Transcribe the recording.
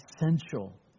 essential